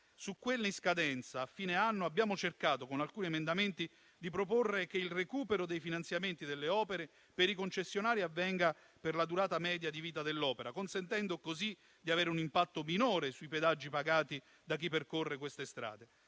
Su quelle in scadenza a fine anno abbiamo cercato, con alcuni emendamenti, di proporre che il recupero dei finanziamenti delle opere per i concessionari avvenga per la durata media di vita dell'opera, consentendo così di avere un impatto minore sui pedaggi pagati da chi percorre queste strade.